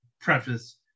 preface